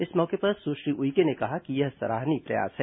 इस मौके पर सुश्री उइके ने कहा कि यह सराहनीय प्रयास है